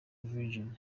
virginia